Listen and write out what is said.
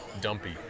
dumpy